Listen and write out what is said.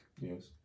yes